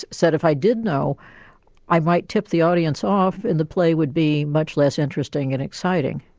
said, if i did know i might tip the audience off and the play would be much less interesting and exciting.